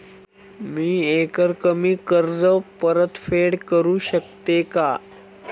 मी एकरकमी कर्ज परतफेड करू शकते का?